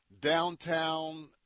Downtown